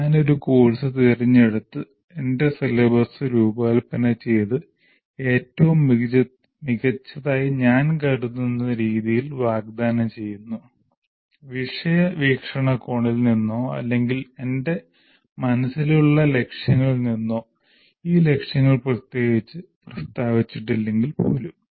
ഞാൻ ഒരു കോഴ്സ് തിരഞ്ഞെടുത്ത് എന്റെ സിലബസ് രൂപകൽപ്പന ചെയ്ത് ഏറ്റവും മികച്ചതായി ഞാൻ കരുതുന്ന രീതിയിൽ വാഗ്ദാനം ചെയ്യുന്നു വിഷയ വീക്ഷണകോണിൽ നിന്നോ അല്ലെങ്കിൽ എന്റെ മനസ്സിലുള്ള ലക്ഷ്യങ്ങളിൽ നിന്നോ ഈ ലക്ഷ്യങ്ങൾ പ്രത്യേകിച്ച് പ്രസ്താവിച്ചിട്ടില്ലെങ്കിൽ പോലും